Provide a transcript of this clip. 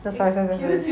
oh sorry sorry sorry